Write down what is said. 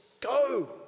go